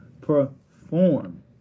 perform